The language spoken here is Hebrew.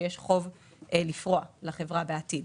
כשיש חוב לפרוע לחברה בעתיד.